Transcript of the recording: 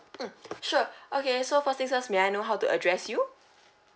hmm sure okay so first thing first may I know how to address you